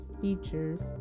Features